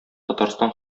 татарстан